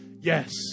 Yes